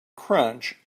crunch